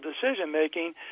decision-making